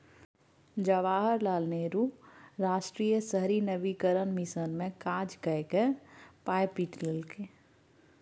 जवाहर लाल नेहरू राष्ट्रीय शहरी नवीकरण मिशन मे काज कए कए पाय पीट लेलकै